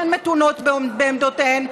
שהן מתונות בעמדותיהן,